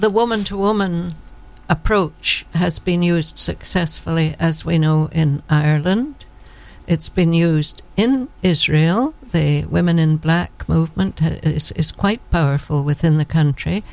the woman to woman approach has been used successfully as we know in ireland it's been used in israel the women in black movement is quite powerful within the country